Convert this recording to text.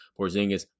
Porzingis